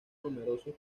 numerosos